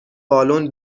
بالن